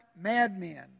madmen